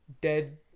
dead